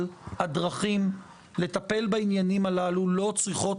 אבל הדרכים לטפל בעניינים הללו לא צריכות